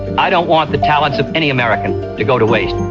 i don't want the talents of any american to go to waste.